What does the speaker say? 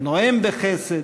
נואם בחסד,